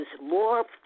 more